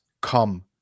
come